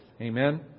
Amen